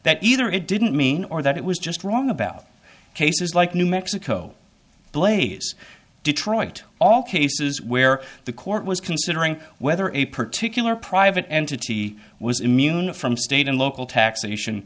that either it didn't mean or that it was just wrong about cases like new mexico blaise detroit all cases where the court was considering whether a particular private entity was immune from state and local taxation